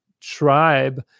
tribe